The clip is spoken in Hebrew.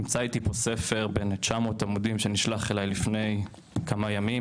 נמצא פה איתי ספר בן 900 עמודים שנשלח אליי לפני כמה ימים,